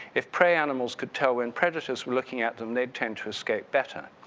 if prey animals could tell when predators were looking at them, they'd tend to escape better.